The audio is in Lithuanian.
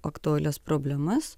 aktualias problemas